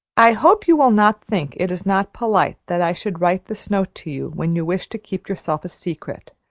i hope you will not think it is not polite that i should write this note to you when you wish to keep yourself a secret,